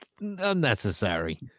unnecessary